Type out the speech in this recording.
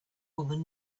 woman